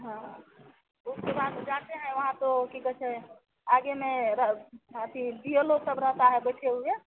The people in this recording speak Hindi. हाँ उसके बाद जाते हैं वहाँ तो कि कैसे आगे में हाँ तो यह डि ओ लोग सब रहते हैं बैठे हुए